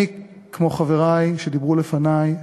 אני, כמו חברי שדיברו לפני,